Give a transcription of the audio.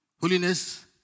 Holiness